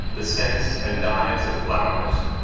the scents and dyes of flowers,